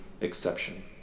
exception